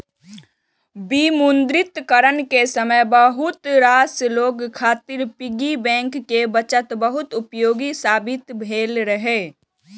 विमुद्रीकरण के समय बहुत रास लोग खातिर पिग्गी बैंक के बचत बहुत उपयोगी साबित भेल रहै